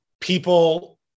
people